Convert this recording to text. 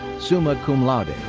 summa cum laude.